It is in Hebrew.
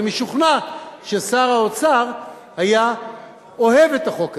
אני משוכנע ששר האוצר היה אוהב את החוק הזה.